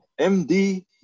MD